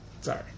Sorry